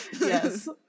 Yes